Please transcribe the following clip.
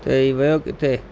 त हीउ वियो किथे